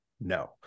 No